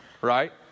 right